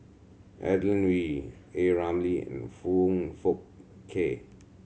Adeline Ooi A Ramli and Foong Fook Kay